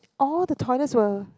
all the toilets were